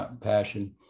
passion